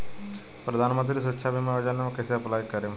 प्रधानमंत्री सुरक्षा बीमा योजना मे कैसे अप्लाई करेम?